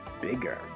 bigger